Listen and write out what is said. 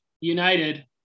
United